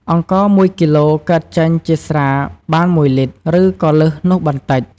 អង្ករមួយគីឡូកើតចេញជាស្រាបានមួយលីត្រ ឬក៏លើសនោះបន្តិច។